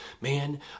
man